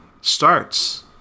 starts